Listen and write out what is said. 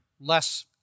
less